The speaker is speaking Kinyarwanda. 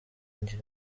ngira